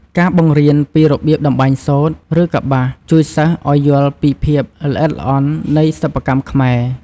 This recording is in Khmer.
ការបង្រៀនពីរបៀបតម្បាញសូត្រ ឬកប្បាស ជួយសិស្សឱ្យយល់ពីភាពល្អិតល្អន់នៃសិប្បកម្មខ្មែរ។